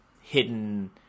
hidden